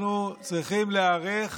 אנחנו צריכים להיערך